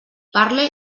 parle